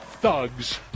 thugs